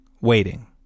waiting